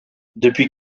depuis